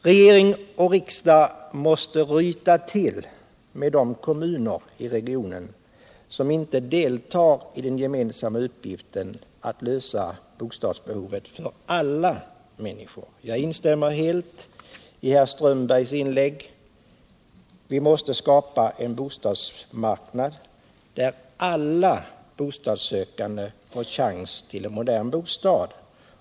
Regering och riksdag måste ryta till åt de kommuner i regionen som inte deltar i den gemensamma uppgiften att tillgodose bostadsbehovet för ”alla människor”. Jag instämmer helt med herr Strömberg när han i sitt inlägg sade att vi måste skapa en bostadsmarknad där alla bostadssökande har chans att få en modern bostad.